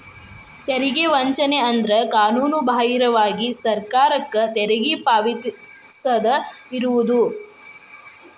ತೆರಿಗೆ ವಂಚನೆ ಅಂದ್ರ ಕಾನೂನುಬಾಹಿರವಾಗಿ ಸರ್ಕಾರಕ್ಕ ತೆರಿಗಿ ಪಾವತಿಸದ ಇರುದು